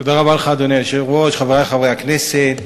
תודה רבה לך, אדוני היושב-ראש, חברי חברי הכנסת,